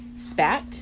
spat